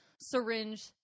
syringe